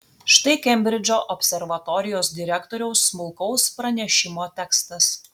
štai kembridžo observatorijos direktoriaus smulkaus pranešimo tekstas